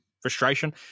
frustration